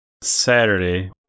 Saturday